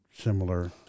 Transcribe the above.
similar